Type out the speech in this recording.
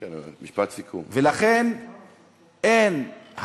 ולכן, אין,